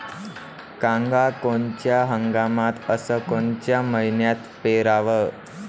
कांद्या कोनच्या हंगामात अस कोनच्या मईन्यात पेरावं?